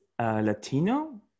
Latino